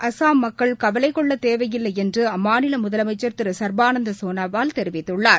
அசாம் மக்கள் கவலை கொள்ளத் தேவையில்லை என்று அம்மாநில முதலமைச்சர் திரு சர்பானந்த சோனோவால் தெரிவித்துள்ளார்